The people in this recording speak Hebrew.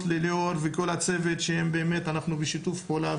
לליאור ולכל הצוות שאנחנו בשיתוף פעולה,